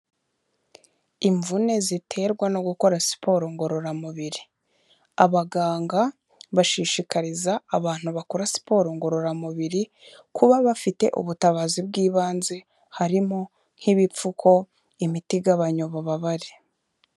Imvune ziterwa no gukora siporo ngororamubiri, abaganga bashishikariza abantu bakora siporo ngororamubiri kuba bafite ubutabazi bw'ibanze: harimo nk'ibipfuko, imiti igabanya ububabare.